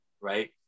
right